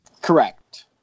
Correct